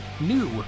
new